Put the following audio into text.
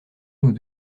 nous